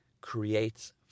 creates